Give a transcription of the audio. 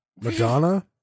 Madonna